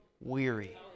weary